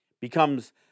becomes